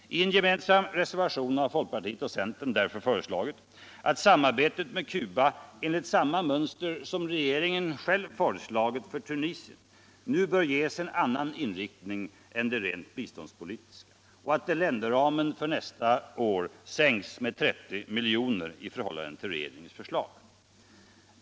I en gemensam reservation har folkpartiet och centern därför föreslagit alt samarbetet med Cuba enligt samma mönster som regeringen själv föreslagit för Tunisien nu bör ges en annan inriktning än de rent biståndspolitiska och att länderramen för nästa år sänks med 30 milj.kr. i förhållande till regeringens förslag.